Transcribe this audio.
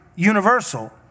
universal